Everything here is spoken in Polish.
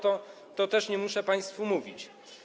Tego też nie muszę państwu mówić.